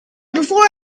before